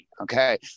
Okay